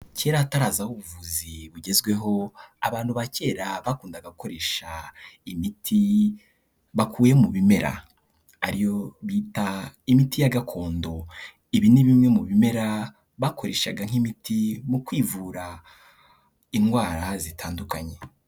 Kera hatarazaho ubuvuzi bugezweho, abantu ba kera bakundaga gukoresha imiti bakuye mu bimera, ariyo bita imiti ya gakondo. Ibi ni bimwe mu bimera bakoreshaga nk'imiti mu kwivura indwara zitandukanye.